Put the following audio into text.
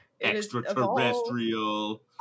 Extraterrestrial